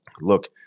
look